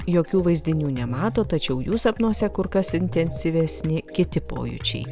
jokių vaizdinių nemato tačiau jų sapnuose kur kas intensyvesni kiti pojūčiai